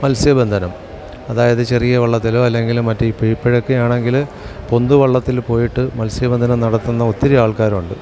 മത്സ്യബന്ധനം അതായത് ചെറിയ വള്ളത്തിലോ അല്ലെങ്കിൽ മറ്റ് ഇപ്പം ഇപ്പോഴെക്കെയാണെങ്കില് ഉന്തുവള്ളത്തില് പോയിട്ട് മത്സ്യബന്ധനം നടത്തുന്ന ഒത്തിരി ആൾക്കാരുണ്ട്